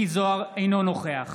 אינו נוכח